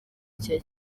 cya